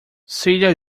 celia